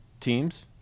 teams